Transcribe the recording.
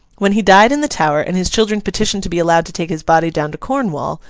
when he died in the tower, and his children petitioned to be allowed to take his body down to cornwall,